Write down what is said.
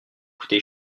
coûté